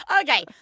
Okay